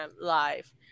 live